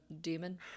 demon